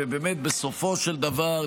ובסופו של דבר,